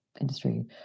industry